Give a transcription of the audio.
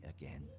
again